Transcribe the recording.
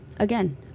Again